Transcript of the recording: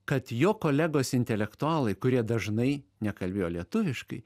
kad jo kolegos intelektualai kurie dažnai nekalbėjo lietuviškai